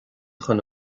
chun